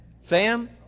Sam